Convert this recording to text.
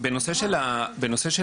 בנושא של האבחון,